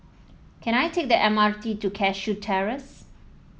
can I take the M R T to Cashew Terrace